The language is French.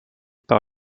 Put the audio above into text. par